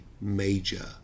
major